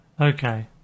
Okay